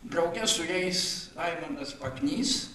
drauge su jais raimundas paknys